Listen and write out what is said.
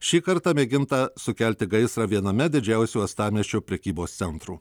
šį kartą mėginta sukelti gaisrą viename didžiausių uostamiesčio prekybos centrų